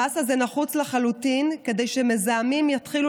המס הזה נחוץ לחלוטין כדי שמזהמים יתחילו